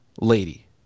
lady